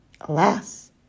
Alas